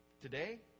Today